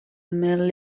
ymyl